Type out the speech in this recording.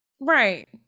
right